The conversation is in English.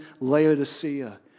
Laodicea